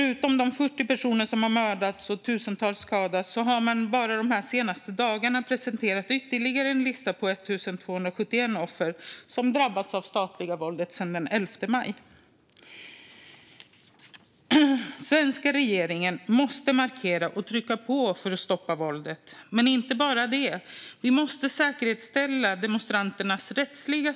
Utöver de 70 personer som mördats och de tusentals som skadats har man bara de senaste dagarna presenterat en lista på ytterligare 1 271 personer som drabbats av det statliga våldet sedan den 11 maj. Sveriges regering måste markera och trycka på för att stoppa våldet. Men det räcker inte. Sverige måste också säkerställa demonstranternas rättssäkerhet.